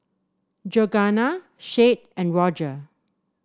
Georganna Shade and Rodger